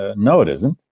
ah no, it isn't.